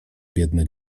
biedne